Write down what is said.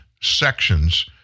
sections